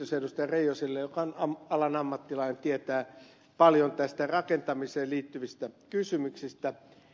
reijoselle joka on alan ammattilainen ja tietää paljon rakentamiseen liittyvistä kysymyksistä